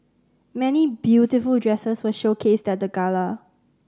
many beautiful dresses were showcased at the Gala